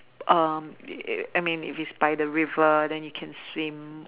I mean if it is by the river then you can swim